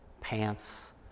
pants